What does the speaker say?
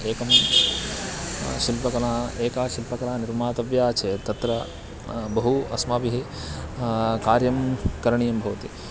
एका शिल्पकला एका शिल्पकला निर्मातव्या चेत् तत्र बहु अस्माभिः कार्यं करणीयं भवति